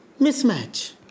mismatch